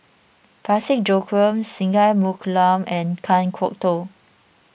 Parsick Joaquim Singai Mukilan and Kan Kwok Toh